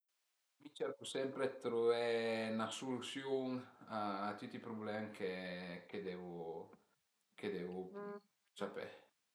Mi cercu sempre dë truvé 'na sülüsiun a tüti i prublem chë devu chë devu ciapé